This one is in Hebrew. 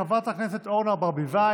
חברת הכנסת אורנה ברביבאי,